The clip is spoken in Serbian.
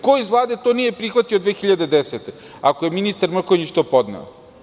Ko iz Vlade to nije prihvatio 2010. godine, ako je ministar Mrkonjić to podneo?